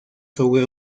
sobre